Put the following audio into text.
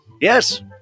Yes